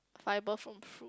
fiber from fruit